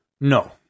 No